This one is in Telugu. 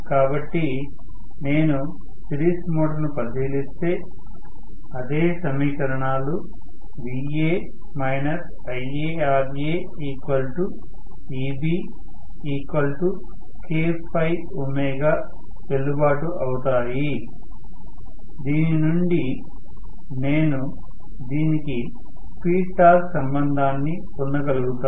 కాబట్టి నేను సిరీస్ మోటారును పరిశీలిస్తే అదే సమీకరణాలు Va IaRaEbKω చెల్లుబాటు అవుతాయి దీని నుండి నేను దీనికి స్పీడ్ టార్క్ సంబంధాన్ని పొందగలుగుతాను